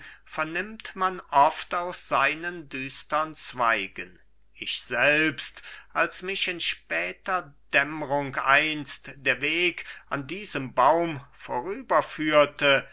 vernimmt man oft aus seinen düstern zweigen ich selbst als mich in später dämmrung einst der weg an diesem baum